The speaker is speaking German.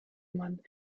man